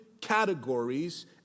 categories